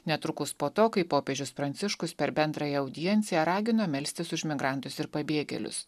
netrukus po to kai popiežius pranciškus per bendrąją audienciją ragino melstis už migrantus ir pabėgėlius